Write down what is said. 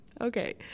Okay